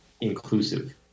inclusive